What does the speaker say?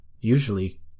Usually